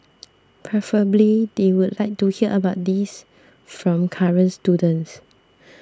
preferably they would like to hear about these from current students